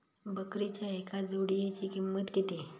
बकरीच्या एका जोडयेची किंमत किती?